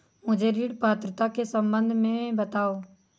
मुझे ऋण पात्रता के सम्बन्ध में बताओ?